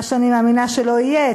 מה שאני מאמינה שלא יהיה,